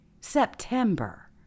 september